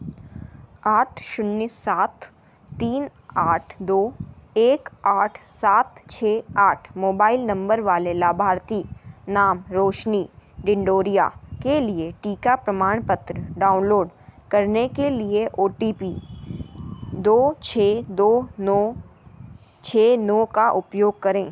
आठ शून्य सात तीन आठ दो एक आठ सात छः आठ मोबाइल नंबर वाले लाभार्थी नाम रोशनी डिनडोरिया के लिए टीका प्रमाणपत्र डाउनलोड करने के लिए ओ टी पी दो छः दो नौ छः नौ का उपयोग करें